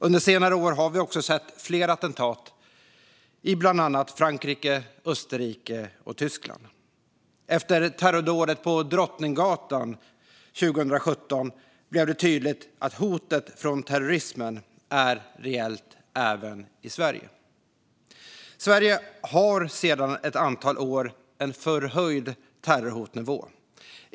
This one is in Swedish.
Under senare år har vi också sett flera attentat i bland annat i Frankrike, Österrike och Tyskland. Efter terrordådet på Drottninggatan 2017 blev det tydligt att hotet från terrorismen är reellt även i Sverige. Sverige har sedan ett antal år en förhöjd terrorhotnivå.